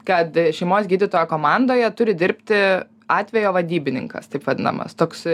kad šeimos gydytojo komandoje turi dirbti atvejo vadybininkas taip vadinamas toks